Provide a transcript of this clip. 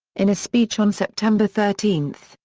in a speech on september thirteen,